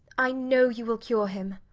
i know you will cure him.